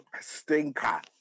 stinker